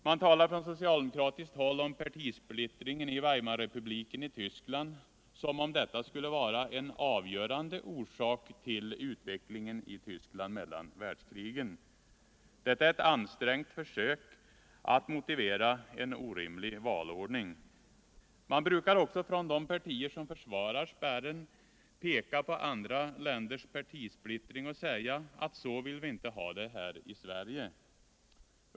Man talar från socialdemokratiskt håll om partisplittringen i Weimarrepubliken i Tyskland, som om detta skulle vara en avgörande orsak till utvecklingen i Tyskland mellan världskrigen. Detta är ett ansträngt försök att motivera en orimlig valordning. De partier som försvarar spärren brukar också peka på andra länders partisplittring och säga att så vill vi inte ha det här i Sverige.